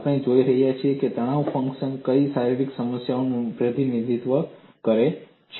પછી આપણે જઈને જોઈએ કે આ તણાવ ફંક્શન કઈ શારીરિક સમસ્યાનું પ્રતિનિધિત્વ કરે છે